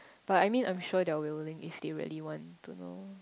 but I mean I'm sure they are willing if they really want to know